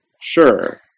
Sure